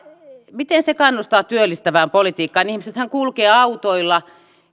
miten se kannustaa työllistävään politiikkaan kun ihmisethän kulkevat autoilla